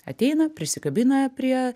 ateina prisikabina prie